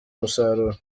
umusaruro